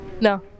No